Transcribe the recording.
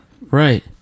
Right